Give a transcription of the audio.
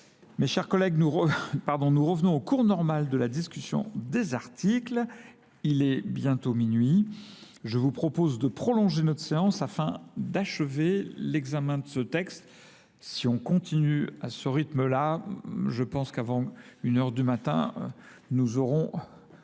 Mes chers collègues, nous revenons au cours normal de la discussion des articles. Il est bientôt minuit. Je vous propose de prolonger notre séance afin d'achever l'examen de ce texte. Si on continue à ce rythme-là, je pense qu'avant une heure du matin, nous aurons